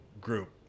group